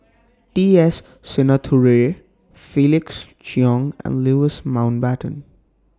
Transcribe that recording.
T S Sinnathuray Felix Cheong and Louis Mountbatten